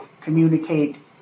communicate